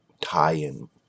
tie-in